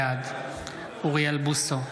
בעד אוריאל בוסו,